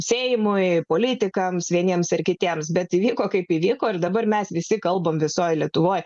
seimui politikams vieniems ar kitiems bet įvyko kaip įvyko ir dabar mes visi kalbame visoje lietuvoje